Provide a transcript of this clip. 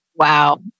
Wow